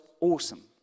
awesome